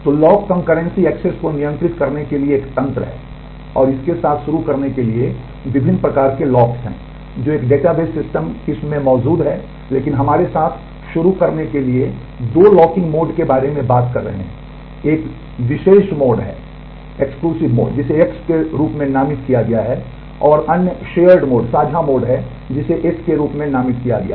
तो lock concurrency हैं जो एक डेटाबेस सिस्टम किस्म में मौजूद हैं लेकिन हमारे साथ शुरू करने के लिए दो लॉकिंग मोड के बारे में बात कर रहे हैं एक विशेष मोड है जिसे X रूप में नामित किया गया है और अन्य साझा मोड है और जिसे S के रूप में नामित किया गया है